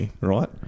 right